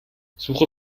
suche